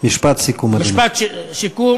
משפט סיכום,